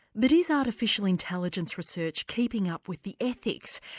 but is artificial intelligence research keeping up with the ethics?